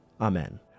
Amen